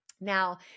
now